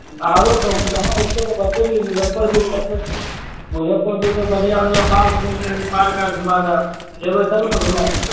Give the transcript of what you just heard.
बाहरे कहूँ जहाँ ओत्ते जगह छै ने मुजफ्फरपुर चलबै तऽ मुजफ्फरपुर मे बढ़िआँ बढ़िआँ पार्क बनलै हन पार्क आर घुमा देब जेबै तब ने घुमा देब